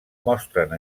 mostren